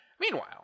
Meanwhile